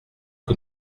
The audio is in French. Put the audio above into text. que